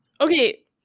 Okay